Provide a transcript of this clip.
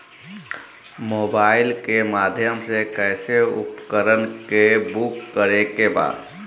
Mobile के माध्यम से कैसे उपकरण के बुक करेके बा?